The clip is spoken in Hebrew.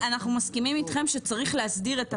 אנחנו מסכימים איתכם שצריך להסדיר את הפעילות.